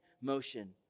motion